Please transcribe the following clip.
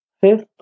Fifth